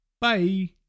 Bye